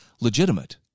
legitimate